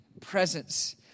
presence